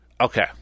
okay